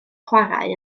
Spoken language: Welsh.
chwarae